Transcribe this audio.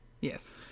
Yes